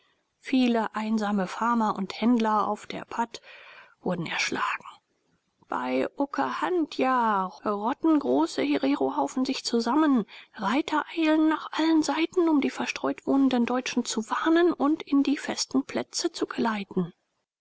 viele einsame farmer und händler auf der pad wurden erschlagen bei okahandja rotten große hererohaufen sich zusammen reiter eilen nach allen seiten um die verstreut wohnenden deutschen zu warnen und in die festen plätze zu geleiten